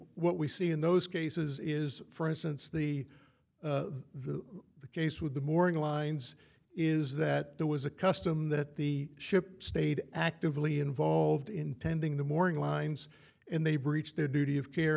what we see in those cases is for instance the the the case with the morning lines is that there was a custom that the ship stayed actively involved in tending the morning lines and they breached their duty of care